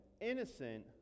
innocent